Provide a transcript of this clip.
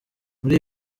muri